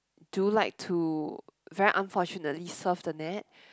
do like to very unfortunately surf the net